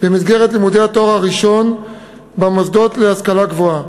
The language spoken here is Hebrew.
במסגרת לימודי התואר הראשון במוסדות להשכלה גבוהה.